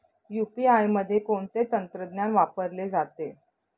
UPI मध्ये कोणते तंत्रज्ञान वापरले जाते?